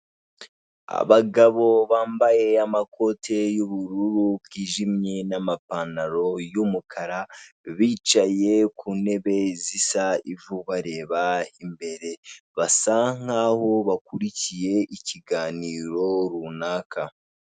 Abagabo bambaye amakoti y'ubururu bwijimye n'amapantaro y'umukara bicaye ku ntebe zisa ivu bareba imbere basa nk'aho bakurikiye ikiganiro runaka.